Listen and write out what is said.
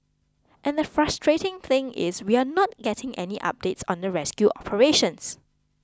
and the frustrating thing is we are not getting any updates on the rescue operations